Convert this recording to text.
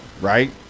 right